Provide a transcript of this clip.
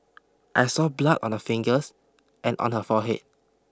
I saw blood on her fingers and on her forehead